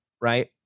Right